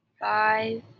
five